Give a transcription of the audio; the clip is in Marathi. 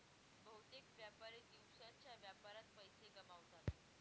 बहुतेक व्यापारी दिवसाच्या व्यापारात पैसे गमावतात